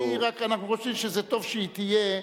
אנחנו רק חושבים שזה טוב שהיא תהיה.